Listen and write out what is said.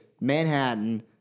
Manhattan